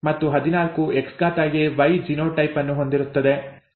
ಮತ್ತು 14 XaY genotype ಅನ್ನು ಹೊಂದಿರುತ್ತದೆ